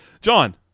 John